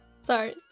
Sorry